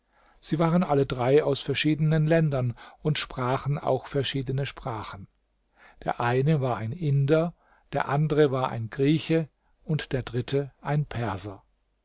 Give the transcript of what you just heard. sie waren alle drei aus verschiedenen ländern und sprachen auch verschiedene sprachen der eine war ein inder der andere ein grieche und der dritte ein perser